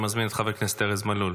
אני מזמין את חבר הכנסת ארז מלול.